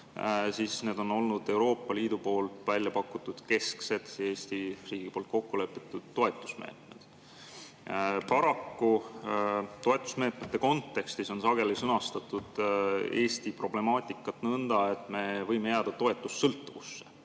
siis need on olnud Euroopa Liidu välja pakutud kesksed ja Eesti riigi poolt kokkulepitud toetusmeetmed. Paraku toetusmeetmete kontekstis on sageli sõnastatud Eesti problemaatikat nõnda, et me võime jääda toetusesõltuvusse.